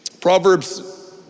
Proverbs